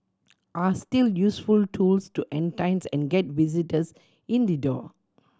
are still useful tools to entice and get visitors in the door